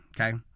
okay